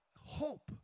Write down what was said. hope